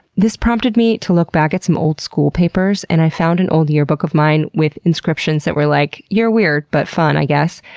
this prompted me to look back at some old school papers, and i found an old yearbook of mine with inscriptions that were like, you're weird, but fun i guess.